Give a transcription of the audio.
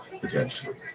potentially